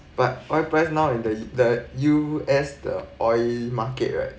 but oil price now in the the U_S the oil market right